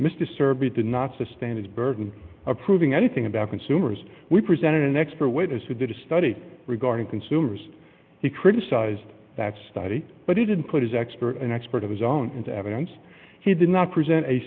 mr serby did not sustain his burden of proving anything about consumers we presented an expert witness who did a study regarding consumers he criticised that study but he didn't put his expert an expert of his own into evidence he did not present a